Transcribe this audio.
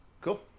Cool